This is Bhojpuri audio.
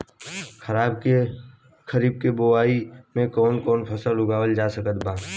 खरीब के बोआई मे कौन कौन फसल उगावाल जा सकत बा?